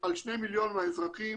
על 2 מיליון אזרחים